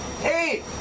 hey